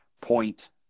point